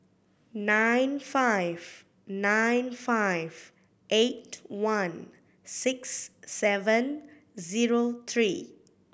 nine five nine five eight one six seven zero three